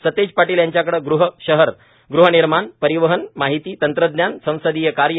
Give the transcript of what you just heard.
सतेज पाटील यांच्याकडे गृह शहरे गृहनिर्माण परिवहन माहिती तंत्रज्ञान संसदीय कार्य